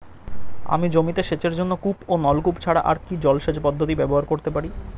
আমি জমিতে সেচের জন্য কূপ ও নলকূপ ছাড়া আর কি জলসেচ পদ্ধতি ব্যবহার করতে পারি?